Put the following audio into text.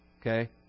Okay